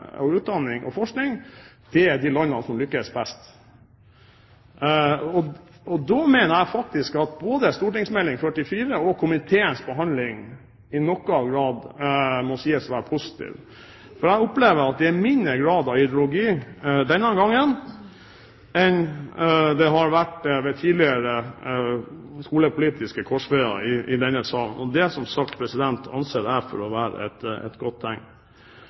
skole, utdanning og forskning, er de landene som lykkes best. I lys av dette mener jeg faktisk at både St.meld. nr. 44 for 2008–2009 og komiteens behandling i noen grad må sies å være positiv. Jeg opplever at det er mindre grad av ideologi denne gangen enn det har vært ved tidligere skolepolitiske korsveier i denne salen. Det anser jeg for å være et godt tegn.